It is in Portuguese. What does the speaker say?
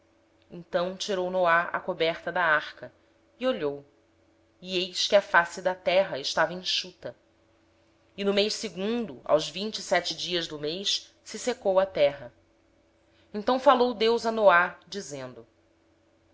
então noé tirou a cobertura da arca e olhou e eis que a face a terra estava enxuta no segundo mês aos vinte e sete dias do mês a terra estava seca então falou deus a noé dizendo